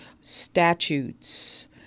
statutes